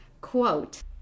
quote